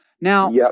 Now